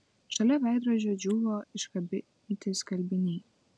šalia veidrodžio džiūvo iškabinti skalbiniai